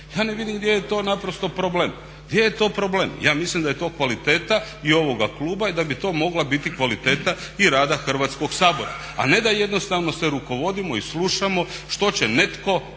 Ja ne vidim gdje je to naprosto problem? Ja mislim da je to kvaliteta i ovoga kluba i da bi to mogla biti kvaliteta i rada Hrvatskog sabora. A ne da jednostavno se rukovodimo i slušamo što će netko nama